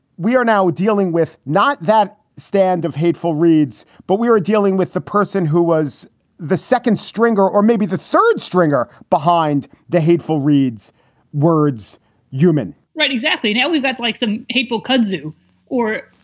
we are now dealing with not that stand of hateful reads, but we are dealing with the person who was the second stringer or maybe the third stringer behind the hateful reads words human right, exactly. now we've got like some hateful kudzu or